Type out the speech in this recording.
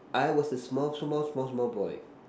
I was a small small small small boy